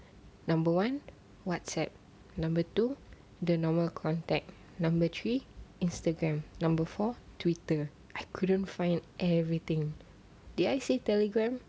number one whatsapp number two the normal contact number three instagram number four twitter I couldn't find everything did I say telegram